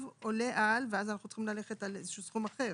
עולה על" ואז אנחנו צריכים ללכת על איזשהו סכום אחר,